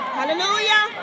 Hallelujah